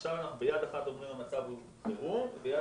ועכשיו אנחנו אומרים ביד אחת שהמצב הוא חירום אבל ביד